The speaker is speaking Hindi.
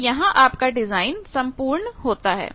तो यहां आपका डिजाइन संपूर्ण होता है